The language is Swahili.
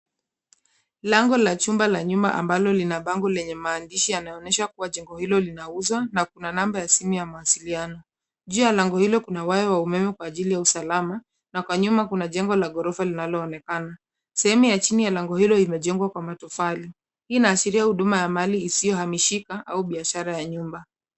Lango la chumba la nyuma ambalo lina bango lenye maandishi, yanaonyesha kuwa jengo hilo linauzwa na kuna namba ya simu ya mawasiliano. Juu ya lango hilo kuna waya wa umeme kwa ajili ya usalama na kwa nyuma kuna jengo la ghorofa linaloonekana. Sehemu ya chini ya lango hilo imejengwa kwa matofali. Hii inaashiria huduma ya mali isiyohamishika au biashara ya nyumba.